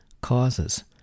causes